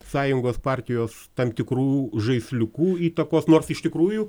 sąjungos partijos tam tikrų žaisliuku įtakos nors iš tikrųjų